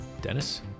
dennis